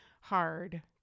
hard